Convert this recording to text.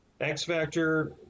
X-Factor